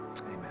Amen